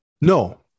No